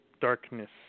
darkness